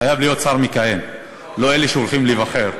חייב להיות שר מכהן, לא מאלה שהולכים להיבחר.